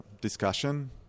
discussion